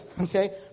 okay